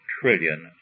trillion